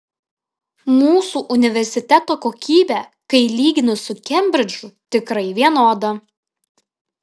mūsų universiteto kokybė kai lyginu su kembridžu tikrai vienoda